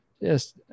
Yes